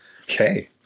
Okay